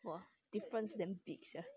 !wow! difference damn big sia